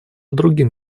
другим